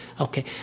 Okay